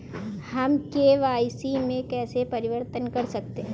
हम के.वाई.सी में कैसे परिवर्तन कर सकते हैं?